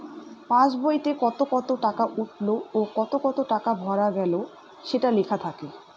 pass বইতে কত কত টাকা উঠলো ও কত কত টাকা ভরা গেলো সেটা লেখা থাকে